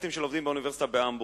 סטודנטים שלומדים באוניברסיטה בהמבורג.